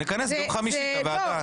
אם זה חשוב לך, נכנס ביום חמישי את הוועדה.